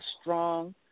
strong